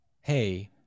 hey